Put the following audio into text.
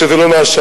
שזה לא מהשמים.